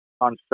on